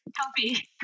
coffee